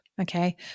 okay